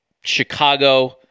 Chicago